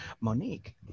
Monique